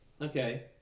Okay